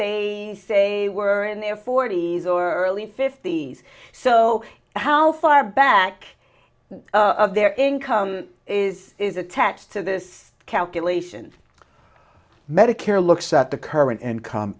they say were in their forty's or early fifty's so how far back of their income is is attached to this calculation medicare looks at the current income